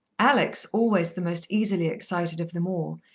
alex, always the most easily excited of them all,